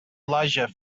elijah